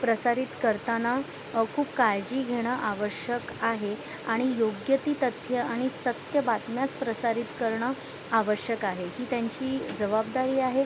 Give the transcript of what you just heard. प्रसारित करताना खूप काळजी घेणं आवश्यक आहे आणि योग्य ती तथ्यं आणि सत्य बातम्याच प्रसारित करणं आवश्यक आहे ही त्यांची जवाबदारी आहे